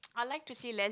I would like to see less